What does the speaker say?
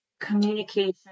communication